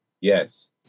yes